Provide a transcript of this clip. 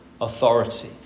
authority